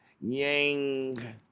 Yang